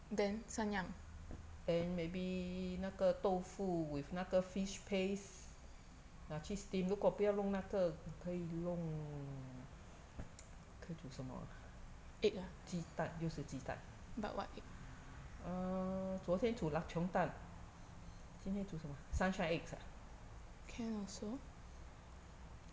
then maybe 那个豆腐 with 那个 fish paste 拿去 steam 如果不要弄那个可以弄可以煮什么啊鸡蛋又是鸡蛋呃昨天煮: ru guo bu yao nong na ge ke yi nong ke yi zhu shen me a ji dan you shi ji dan e zuo tian zhu lap cheong 蛋今天煮什么 sunshine eggs ah